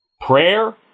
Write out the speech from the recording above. Prayer